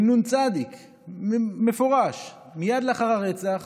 עם נ"צ מפורש, מייד לאחר הרצח,